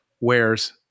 wears